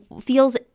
feels